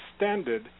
extended